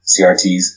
CRTs